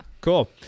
Cool